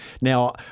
Now